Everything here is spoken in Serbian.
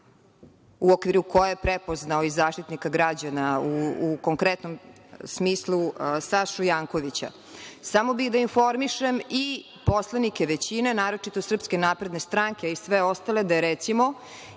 u okviru koje je prepoznao i Zaštitnika građana, u konkretnom smislu Sašu Jankovića. Samo bih da informišem i poslanike većine, naročito SNS i sve ostale da je, recimo,